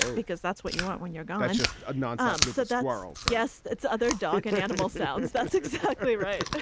because that's what you want when you're gone. it's just ah not um such um quarrels. yes. it's other dog and animal sounds. that's exactly right.